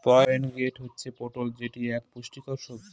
pointed gourd হচ্ছে পটল যেটি এক পুষ্টিকর সবজি